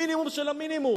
מינימום של המינימום.